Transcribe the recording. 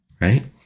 right